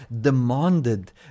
demanded